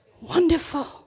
Wonderful